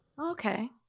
Okay